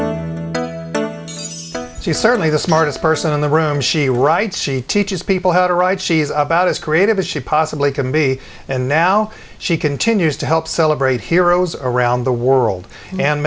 she's certainly the smartest person in the room she writes she teaches people how to write she's about as creative as she possibly can be and now she continues to help celebrate heroes around the world and